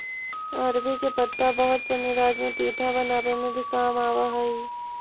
अरबी के पत्ता बहुत सनी राज्य में पीठा बनावे में भी काम आवऽ हई